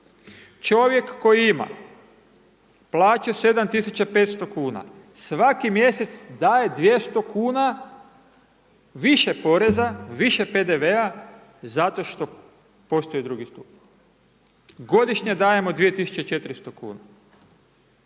Čovjek koji ima plaću 7 500 kuna svaki mjesec daje 200 kuna više poreza, više PDV-a, zato što postoji drugi stup. Godišnje dajemo 2 400 kuna.